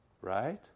right